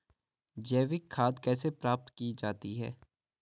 जैविक खाद कैसे प्राप्त की जाती है?